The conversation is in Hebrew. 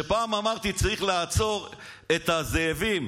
כשפעם אמרתי: צריך לעצור את הזאבים,